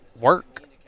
work